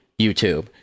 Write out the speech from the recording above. YouTube